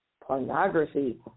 pornography